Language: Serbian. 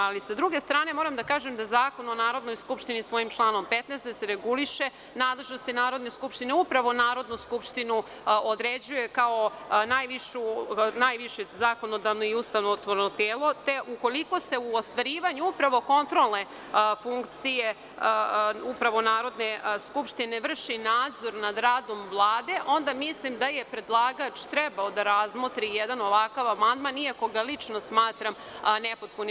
Sa druge strane, moram da kažem Zakon o Narodnoj skupštini svojim članom 15, koji reguliše nadležnosti Narodne skupštine, upravo Narodnu skupštinu određuje kao najviše zakonodavno i ustavotvorno telo, te ukoliko se ostvarivanje kontrolne funkcije Narodne skupštine vrši nadzor nad radom Vlade onda mislim da je predlagač trebao da razmotri jedan ovakav amandman, iako ga lično smatram nepotpunim.